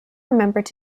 remembered